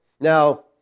Now